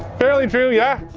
fairly true, yeah.